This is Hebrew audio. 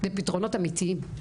ופתרונות אמיתיים.